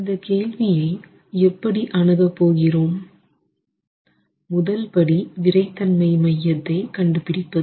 இந்த கேள்வியை எப்படி அணுகப்போகிறோம் முதல் படி விறைத்தன்மை மையத்தை கண்டுபிடிப்பது